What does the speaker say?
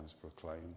proclaim